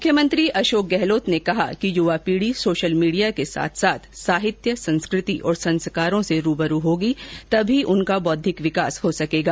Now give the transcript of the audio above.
मुख्यमंत्री अशोक गहलोत ने कहा कि युवा पीढ़ी सोशल मीडिया के साथ साथ साहित्य संस्कृति और संस्कारों से रूबरू होगी तब ही उनका बौद्धिक विकास सकेगा